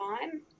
time